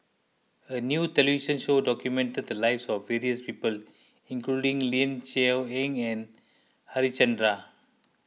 a new television show documented the lives of various people including Ling Cher Eng and Harichandra